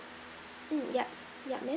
mm yup yup ma'am